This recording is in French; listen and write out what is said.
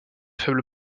faible